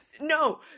No